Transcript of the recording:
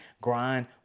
grind